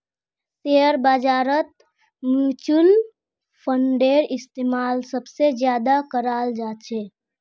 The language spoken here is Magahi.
शेयर बाजारत मुच्युल फंडेर इस्तेमाल सबसे ज्यादा कराल जा छे